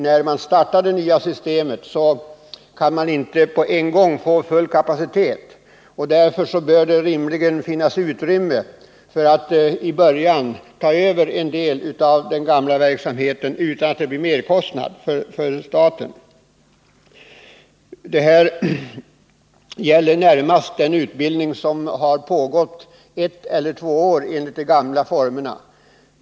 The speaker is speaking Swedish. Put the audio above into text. När man startar det nya systemet kan man inte på en gång uppnå full kapacitet. Därför bör det i början rimligen finnas utrymme för att ta över en del av den gamla verksamheten utan att det medför merkostnader för staten. Detta gäller närmast den utbildning som pågått i ett eller två år i de gamla formerna.